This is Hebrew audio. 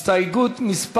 הסתייגות מס'